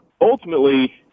ultimately